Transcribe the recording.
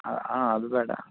ಆ ಹಾಂ ಅದು ಬೇಡ